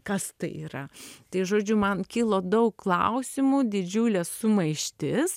kas tai yra tai žodžiu man kilo daug klausimų didžiulė sumaištis